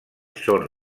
són